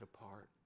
apart